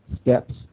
Steps